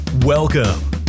Welcome